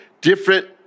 different